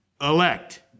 elect